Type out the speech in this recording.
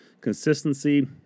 consistency